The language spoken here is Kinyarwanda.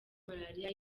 malariya